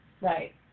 right